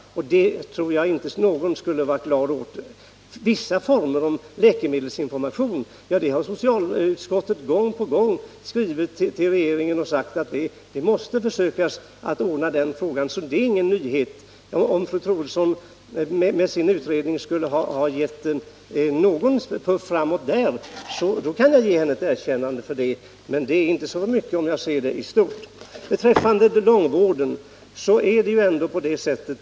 Det tror jag inte någon skulle ha varit glad åt. Socialutskottet har gång på gång skrivit till regeringen och sagt att man måste försöka få till stånd läkemedelsinformation, så det är ingen nyhet. Om fru Troedsson med sin utredning skulle ha givit den saken en puff framåt kan jag ge henne ett erkännande för det. Men det är inte så mycket fru Troedsson åstadkommit, om man ser det i stort.